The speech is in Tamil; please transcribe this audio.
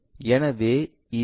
எனவே இந்த வரியை நாம் இணைப்போம்